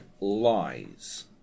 lies